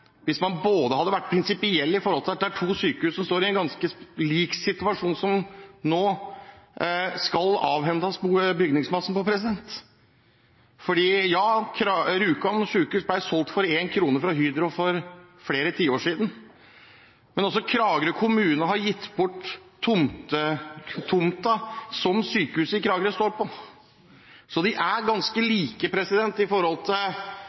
hvis man hadde vært prinsipiell i forhold til at det er to sykehus som står i en ganske lik situasjon, som man nå skal avhende bygningsmassen på. Rjukan sykehus ble solgt for én krone fra Hydro for flere tiår siden. Men også Kragerø kommune har gitt bort tomten som sykehuset i Kragerø står på. Så de er ganske like – med hensyn til